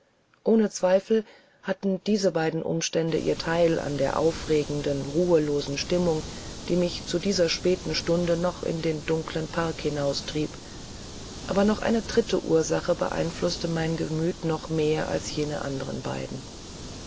ohne zweifel hatten diese beiden umstände ihr teil an der aufgeregten ruhelosen stimmung die mich zu dieser späten stunde noch in den dunkelnden park hinaustrieb aber noch eine dritte ursache beeinflußte mein gemüt noch mehr als jene anderen beiden